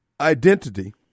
identity